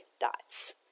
dots